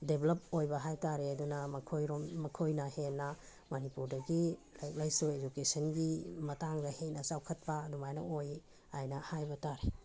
develop ꯑꯣꯏꯕ ꯍꯥꯏꯕ ꯇꯥꯔꯦ ꯑꯗꯨꯅ ꯃꯈꯣꯏꯔꯣꯝ ꯃꯈꯣꯏꯅ ꯍꯦꯟꯅ ꯃꯅꯤꯄꯨꯔꯗꯒꯤ ꯂꯥꯏꯔꯤꯛ ꯂꯥꯏꯁꯨ ꯏꯖꯨꯀꯦꯁꯟꯒꯤ ꯃꯇꯥꯡꯗ ꯍꯦꯟꯅ ꯆꯥꯎꯈꯠꯄ ꯑꯗꯨꯃꯥꯏꯅ ꯑꯣꯏ ꯑꯅ ꯍꯥꯏꯕ ꯇꯥꯔꯦ